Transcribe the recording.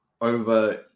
over